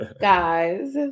guys